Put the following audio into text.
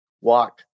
walk